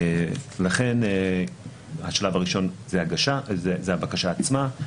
לכן השלב הראשון היא הבקשה עצמה.